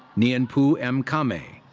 nyenpu m. kamei.